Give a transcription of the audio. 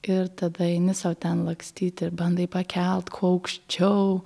ir tada eini sau ten lakstyti ir bandai pakelt kuo aukščiau